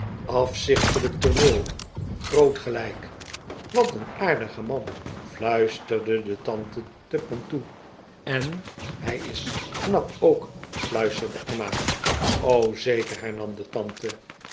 afzichtelijk tooneel groot gelijk wat een aardige man fluisterde de tante tupman toe en hij is knap ook fluisterde emma oi zeker hernam de tante